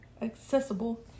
accessible